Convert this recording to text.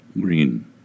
Green